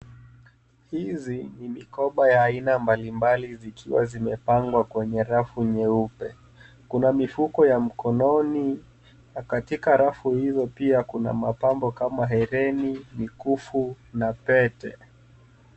Hizi ni mikoba ya aina mbalimbali zikiwa zimepangwa kwenye rafu nyeupe. Kuna mifuko ya mkononi na katika rafu hizo pia kuna mapambo kama hereni, mikufu na pete.